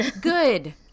good